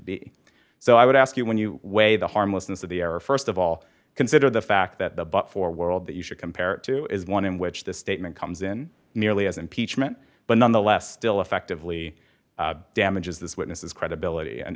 be so i would ask you when you weigh the harmlessness of the error st of all consider the fact that the but for world that you should compare it to is one in which the statement comes in nearly as impeachment but nonetheless still effectively damages this witness's credibility and